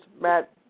Matt